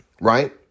right